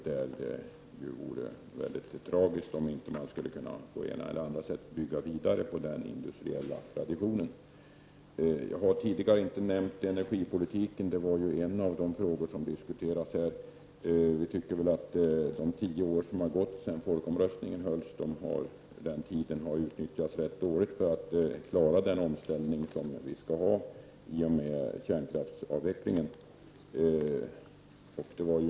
Det vore mycket tragiskt om det inte skulle gå att på ett eller annat sätt bygga vidare på nämnda industriella tradition. Jag har inte nämnt energipolitiken. Denna har ju också tagits upp i debatten. Jag vill tillägga att man under de tio år som har gått sedan folkomröstningen har utnyttjat tiden ganska dåligt. Vi måste ju klara den omställning som kommer i och med avvecklingen av kärnkraften.